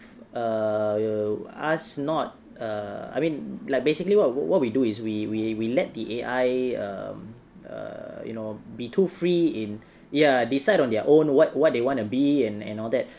um us not err I mean like basically what what we do is we we we let the A_I um err you know be too free in ya decide on their own what what they wanna be and and all that